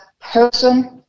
person